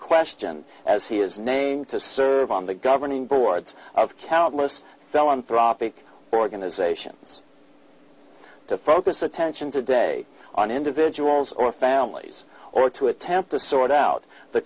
question as he is named to serve on the governing boards of countless felon for opic organizations to focus attention today on individuals or families or to attempt to sort out the